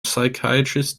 psychiatrist